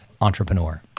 entrepreneur